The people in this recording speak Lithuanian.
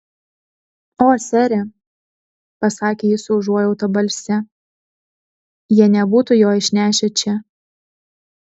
o sere pasakė ji su užuojauta balse jie nebūtų jo išnešę čia